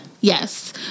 yes